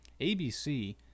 ABC